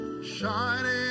Shining